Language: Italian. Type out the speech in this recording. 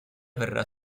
verrà